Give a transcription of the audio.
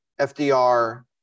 FDR